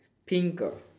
pink ah